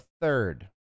third